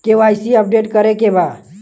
KYC update करे के बा?